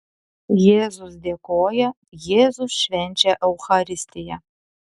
jėzus dėkoja jėzus švenčia eucharistiją